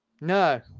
No